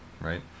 right